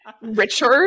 Richard